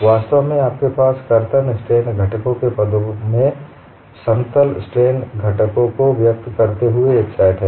वास्तव में आपके पास कर्तन स्ट्रेन घटकों के पदों में समतल स्ट्रेन घटकों को व्यक्त करते हुए एक सेट हैं